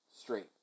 straight